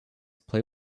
play